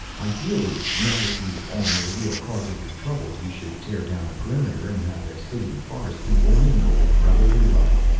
ideally, now that you all know the real causes of your trouble, you should tear down the perimeter and have the city and forest people mingle in brotherly love.